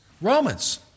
Romans